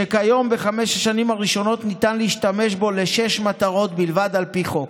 שכיום בחמש השנים הראשונות ניתן להשתמש בו לשש מטרות בלבד על פי חוק,